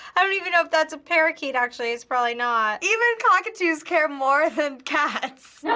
i don't even know if that's a parakeet, actually. it's probably not. even cockatoos care more than cats.